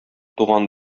туган